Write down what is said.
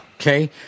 Okay